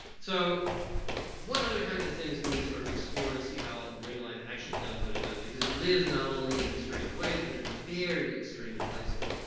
so what other kinds of things can we sort of explore to see how marine life actually does what it does because it lives not only in strange ways, but in very extreme places.